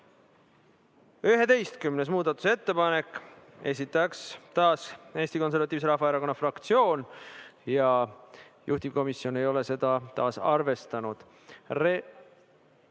muudatusettepanek, esitaja taas Eesti Konservatiivse Rahvaerakonna fraktsioon ja juhtivkomisjon ei ole seda taas arvestanud.